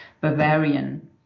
Bavarian